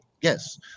yes